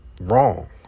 wrong